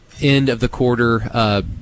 end-of-the-quarter